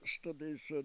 studies